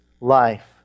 life